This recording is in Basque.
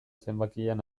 zenbakian